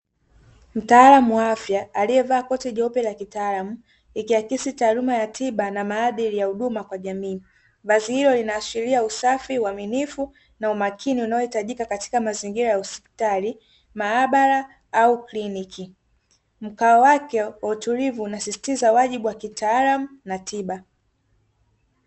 Mtaalamu wa afya aliye vaa koti jeupe la kitaalamu likiakisi taaluma ya tiba na maadili ya huduma kwa jamii, vazi hilo linaashiria usafi na uaminifu na umakini unao hitajika katika mazingira ya hospitali mahabara au kliniki. Mkao wake wa kitulivu unasisitiza wajibu wa kitaalamu na tiba.